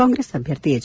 ಕಾಂಗ್ರೆಸ್ ಅಭ್ಯರ್ಥಿ ಪಚ್